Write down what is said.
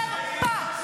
היא חרפה.